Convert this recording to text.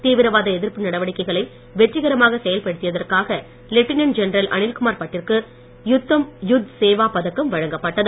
தீவிரவாத எதிர்ப்பு நடவடிக்கைகளை வெற்றிகரமாக செயல்படுத்தியதற்காக லெப்டினென்ட் ஜெனரல் அனில்குமார் பட் ற்கு உத்தம் யுத் சேவா பதக்கம் வழங்கப்பட்டது